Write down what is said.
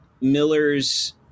Miller's